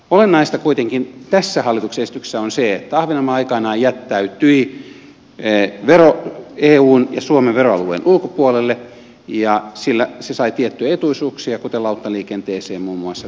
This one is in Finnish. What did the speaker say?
olennaista kuitenkin tässä hallituksen esityksessä on se että ahvenanmaa aikanaan jättäytyi eun ja suomen veroalueen ulkopuolelle ja sillä se sai tiettyjä etuisuuksia kuten lauttaliikenteeseen muun muassa tax free myynnin